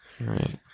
Right